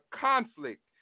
conflict